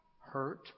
hurt